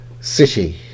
city